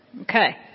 Okay